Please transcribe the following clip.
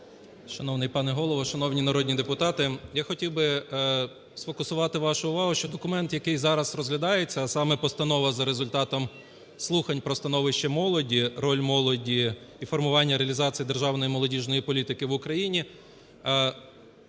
Шановний пане Голово! Шановні народні депутати! Я хотів би сфокусувати вашу увагу, що документ, який зараз розглядається, а саме Постанова за результатами слухань про становище молоді, роль молоді і формування реалізації державної молодіжної політики в Україні,